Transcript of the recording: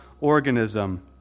organism